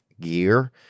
gear